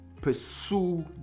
pursue